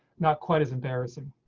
not quite as embarrassing.